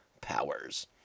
powers